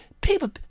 people